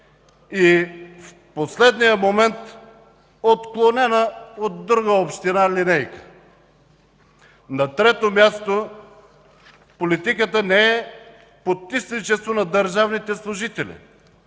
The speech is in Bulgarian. и в последния момент отклонена от друга община линейка. На трето място, политиката не е подтисничество на държавните служители,